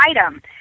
item